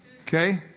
Okay